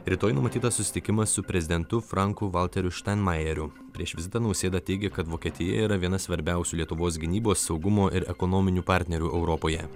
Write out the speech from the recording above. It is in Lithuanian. rytoj numatytas susitikimas su prezidentu franku valteriu štainmajeriu prieš vizitą nausėda teigė kad vokietija yra viena svarbiausių lietuvos gynybos saugumo ir ekonominių partnerių europoje